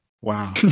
Wow